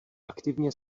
aktivně